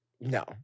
no